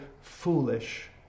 foolish